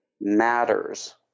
matters